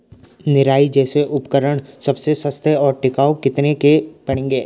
निराई जैसे उपकरण सबसे सस्ते और टिकाऊ कितने के पड़ेंगे?